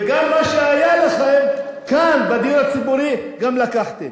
וגם מה שהיה לכם, כאן, בדיור הציבורי, גם לקחתם.